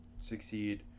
succeed